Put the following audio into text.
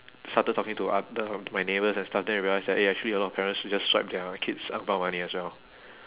started talking to other of my neighbours I started to realise that eh actually a lot of parents will just swipe their kid's ang pao money as well